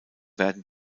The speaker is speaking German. werden